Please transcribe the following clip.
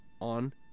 on